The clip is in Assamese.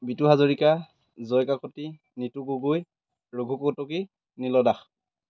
বিতু হাজৰিকা জয় কাকতি নীতু গগৈ ৰঘু কতকী নীল দাস